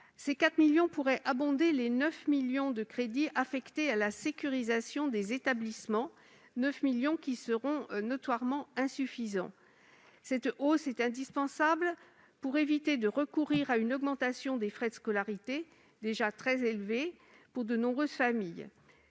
Ces 4 millions d'euros pourraient abonder les 9 millions d'euros de crédits affectés à la sécurisation des établissements et qui seront notoirement insuffisants. Cette hausse est indispensable pour éviter de recourir à une augmentation des frais de scolarité, déjà très élevés pour de nombreuses familles,